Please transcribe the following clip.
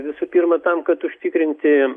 visų pirma tam kad užtikrinti